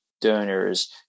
donors